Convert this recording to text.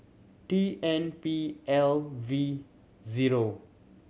T N P L V zero